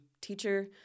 teacher